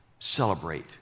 Celebrate